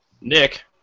Nick